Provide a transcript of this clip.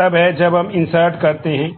अब जब हम इंस्ट्रक्टर